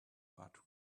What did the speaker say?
but